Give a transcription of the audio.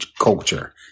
culture